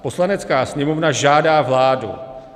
Poslanecká sněmovna žádá vládu